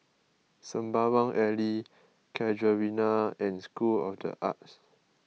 Sembawang Alley Casuarina and School of the Arts